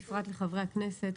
במיוחד לחברי הכנסת,